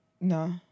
No